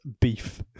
beef